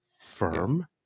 firm